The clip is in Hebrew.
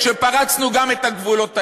ומה יצא מזה כשפרצנו גם את הגבולות האלה?